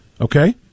Okay